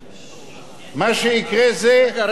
מה שיקרה זה, המדינה,